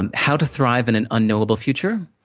and how to thrive in an unknowable future?